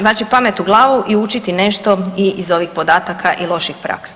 Znači, pamet u glavu i učiti nešto i iz ovih podataka i loših praksi.